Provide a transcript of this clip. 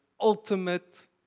ultimate